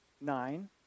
nine